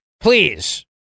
please